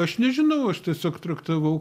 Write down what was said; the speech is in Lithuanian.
aš nežinau aš tiesiog traktavau